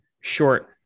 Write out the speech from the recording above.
short